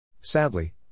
Sadly